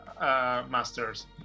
masters